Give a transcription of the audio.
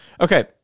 Okay